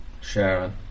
Sharon